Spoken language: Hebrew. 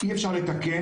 אי אפשר לתקן.